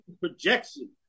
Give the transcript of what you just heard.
projection